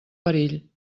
perill